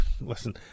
listen